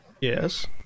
Yes